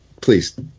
please